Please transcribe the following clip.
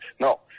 no